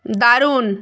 দারুণ